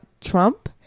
Trump